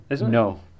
No